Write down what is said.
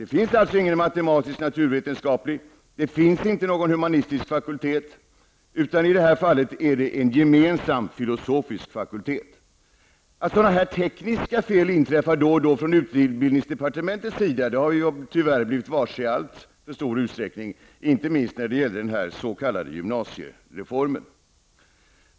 Det finns alltså ingen matematisknaturvetenskaplig och ingen humanistisk fakultet, utan man har i det här fallet en gemensam filosofisk fakultet. Att sådana här tekniska fel inträffar då och då från utbildningsdepartementets sida har vi tyvärr blivit varse i alltför stor utsträckning, inte minst när det gäller den s.k. gymnasiereformen.